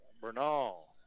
Bernal